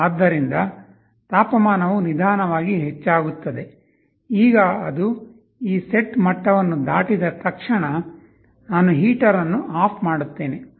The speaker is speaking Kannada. ಆದ್ದರಿಂದ ತಾಪಮಾನವು ನಿಧಾನವಾಗಿ ಹೆಚ್ಚಾಗುತ್ತದೆ ಈಗ ಅದು ಈ ಸೆಟ್ ಮಟ್ಟವನ್ನು ದಾಟಿದ ತಕ್ಷಣ ನಾನು ಹೀಟರ್ ಅನ್ನು ಆಫ್ ಮಾಡುತ್ತೇನೆ